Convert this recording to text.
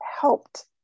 helped